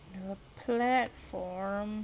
the platform